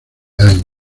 años